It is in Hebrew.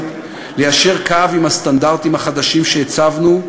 ליישר קו עם הסטנדרטים החדשים שהצבנו,